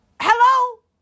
Hello